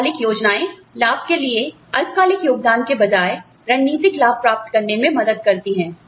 दीर्घकालिक योजनाएं लाभ के लिए अल्पकालिक योगदान के बजाय रणनीतिक लाभ प्राप्त करने में मदद करती हैं